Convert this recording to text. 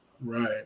Right